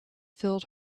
filled